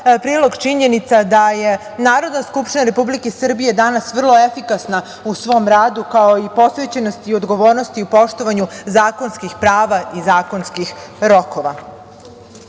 prilog činjenici da je Narodna skupština Republike Srbije danas vrlo efikasna u svom radu, kao i posvećenosti i odgovornosti i poštovanju zakonskih prava i zakonskih rokova. Pravni